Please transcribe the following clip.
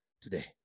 today